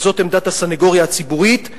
וזאת עמדת הסניגוריה הציבורית,